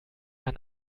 man